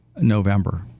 November